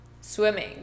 swimming